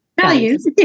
Values